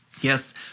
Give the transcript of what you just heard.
Yes